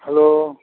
hello